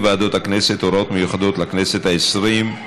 ועדות בכנסת (הוראות מיוחדות לכנסת העשרים).